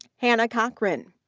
hannah cochran.